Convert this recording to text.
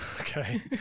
Okay